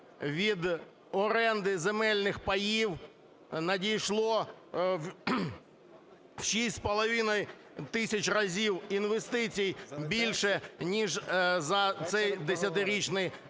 від оренди земельних паїв надійшло в 6,5 тисяч разів інвестицій більше ніж за цей 10-річний період.